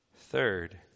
Third